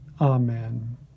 Amen